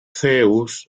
zeus